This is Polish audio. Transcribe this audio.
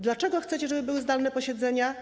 Dlaczego chcecie, żeby były zdalne posiedzenia?